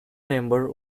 member